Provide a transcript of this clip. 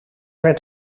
werd